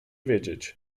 wiedzieć